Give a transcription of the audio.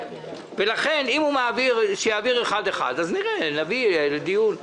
לכן אם הוא יעביר אחד-אחד אז נראה, נביא לדיון.